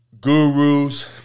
gurus